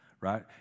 right